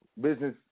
business